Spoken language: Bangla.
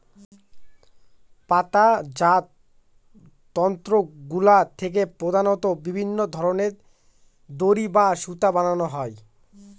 পাতাজাত তন্তুগুলা থেকে প্রধানত বিভিন্ন ধরনের দড়ি বা সুতা বানানো হয়